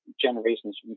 generations